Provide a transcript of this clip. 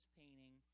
painting